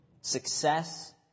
success